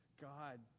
God